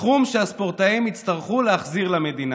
הסכום שהספורטאים יצטרכו להחזיר למדינה,